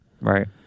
Right